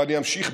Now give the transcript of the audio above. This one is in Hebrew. ואני אמשיך,